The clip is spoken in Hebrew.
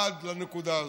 עד לנקודה הזאת.